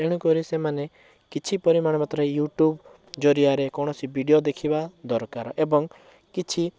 ତେଣୁକରି ସେମାନେ କିଛି ପରିମାଣ ମାତ୍ରାରେ ୟୁଟ୍ୟୁବ୍ ଜରିଆରେ କୌଣସି ଭିଡ଼ିଓ ଦେଖିବା ଦରକାର ଏବଂ କିଛି